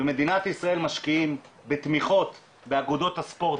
במדינת ישראל משקיעים בתמיכות באגודות הספורט,